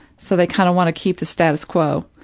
so they kind of want to keep the status quo,